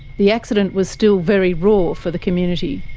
the accident was still very raw for the community.